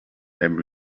every